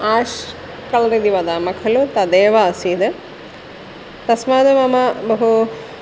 Ash colour इति वदामः खलु तदेव आसीद् तस्माद् मम बहु